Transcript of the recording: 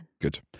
Good